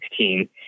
2016